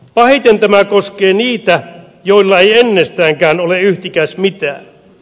pahiten tämä koskee niitä joilla ei ennestäänkään ole yhtikäs mitään